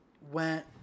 went